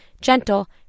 gentle